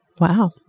Wow